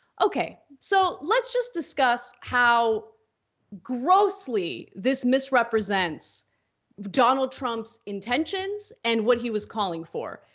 okay, so let's just discuss how grossly this misrepresents donald trump's intentions and what he was calling for.